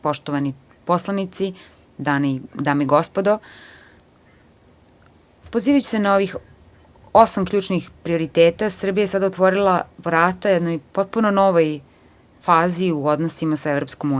Poštovani poslanici, dame i gospodo, pozivajući se na ovih osam ključnih prioriteta, Srbija je sada otvorila vrata jednoj potpuno novoj fazi u odnosima sa EU.